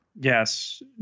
Yes